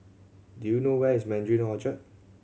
do you know where is Mandarin Orchard